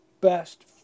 best